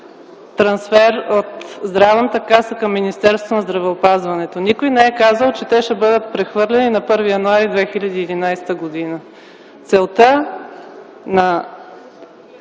трансфер от Здравната каса към Министерството на здравеопазването. Никой не е казал, че те ще бъдат прехвърлени на 1 януари 2011 г. Целта на